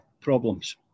problems